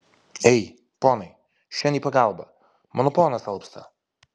ei ponai šen į pagalbą mano ponas alpsta